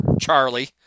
Charlie